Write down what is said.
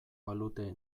balute